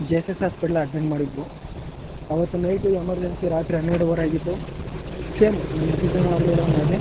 J S S ಹಾಸ್ಪೆಟ್ಲಿಗೆ admit ಮಾಡಿದವು ಆವತ್ತು ನೈಟು ಎಮರ್ಜೆನ್ಸಿ ರಾತ್ರಿ ಹನ್ನೆರಡುವರೆ ಆಗಿತ್ತು ಸೇಮು ನಮ್ಮ ಸಿದ್ದಣ್ಣ ಅವರದ್ದು ಹೇಳಿದೆನಲ್ಲ ಅದೇ